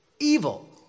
evil